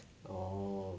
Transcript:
oh